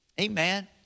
Amen